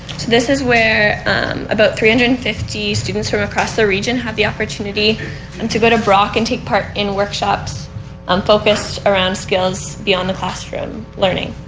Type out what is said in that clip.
this is where about three hundred and fifty students from across the region have the opportunity and to go to brock and take part in workshops um focused around skills beyond the classroom learning.